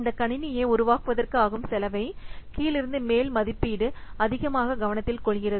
இந்தக் கணினியை உருவாக்குவதற்கு ஆகும் செலவை கீழிருந்து மேல் மதிப்பீடு அதிகமாக கவனத்தில் கொள்கிறது